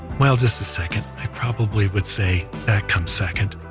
well, just a second, i probably would say that comes second,